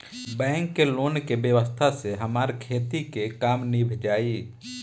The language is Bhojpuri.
बैंक के लोन के व्यवस्था से हमार खेती के काम नीभ जाई